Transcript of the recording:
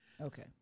Okay